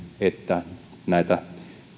että näitä